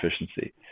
efficiency